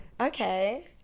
Okay